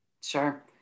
Sure